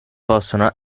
possono